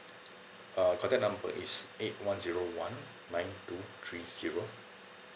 uh contact number is eight one zero one nine two three zero